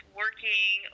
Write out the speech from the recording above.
working